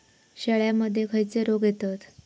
शेळ्यामध्ये खैचे रोग येतत?